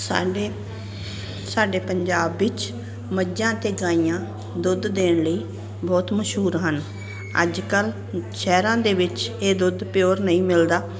ਸਾਡੇ ਸਾਡੇ ਪੰਜਾਬ ਵਿੱਚ ਮੱਝਾਂ ਅਤੇ ਗਾਈਆਂ ਦੁੱਧ ਦੇਣ ਲਈ ਬਹੁਤ ਮਸ਼ਹੂਰ ਹਨ ਅੱਜ ਕੱਲ੍ਹ ਸ਼ਹਿਰਾਂ ਦੇ ਵਿੱਚ ਇਹ ਦੁੱਧ ਪਿਓਰ ਨਹੀਂ ਮਿਲਦਾ